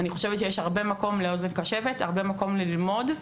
אני חושבת שיש הרבה מקום לאוזן קשת והרבה מקום ללמוד.